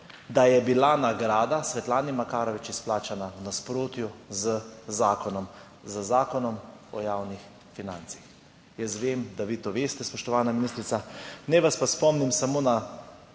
da je bila nagrada Svetlane Makarovič izplačana v nasprotju z zakonom, z Zakonom o javnih financah. Jaz vem, da vi to veste, spoštovana ministrica. Naj vas pa spomnim samo na